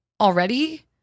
already